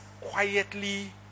quietly